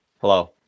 Hello